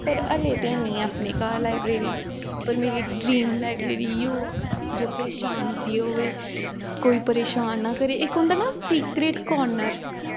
पर हलें ते हैनी ऐ अपने घर लाईब्रेरी पर मेरी ड्रीम लाईब्रेरी इ'यो जित्थें शांति होए कोई परेशान ना करे इक होंदा ना सिकरट कार्नर